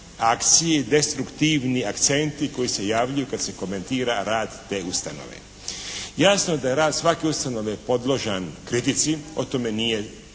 akcije i destruktivni akcenti koji se javljaju kad se komentira rad te ustanove. Jasno da je rad svake ustanove podložan kritici. O tome nije,